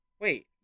wait